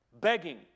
begging